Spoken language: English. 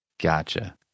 Gotcha